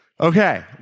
Okay